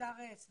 יזהר הס,